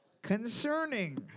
concerning